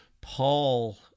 Paul